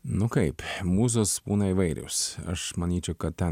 nu kaip mūzos būna įvairios aš manyčiau kad ten